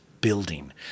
building